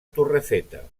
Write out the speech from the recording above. torrefeta